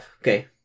Okay